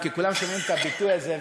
כי כולם שומעים את הביטוי הזה,